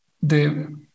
de